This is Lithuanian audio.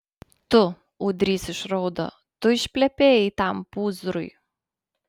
tu ūdrys išraudo tu išplepėjai tam pūzrui